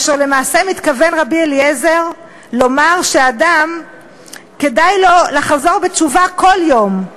ולמעשה מתכוון רבי אליעזר לומר שאדם כדאי לו לחזור בתשובה כל יום,